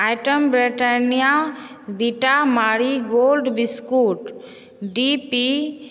item Britannia vita marie gold biscuits D P